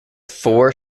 four